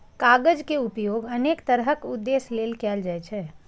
कागज के उपयोग अनेक तरहक उद्देश्य लेल कैल जाइ छै